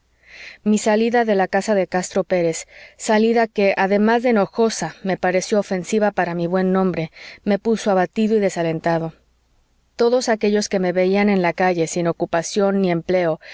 mi salida de la casa de castro pérez salida que además de enojosa me pareció ofensiva para mi buen nombre me puso abatido y desalentado todos aquéllos que me veían en la calle sin ocupación ni empleo